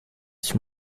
sich